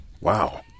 Wow